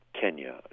Kenya